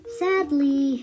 sadly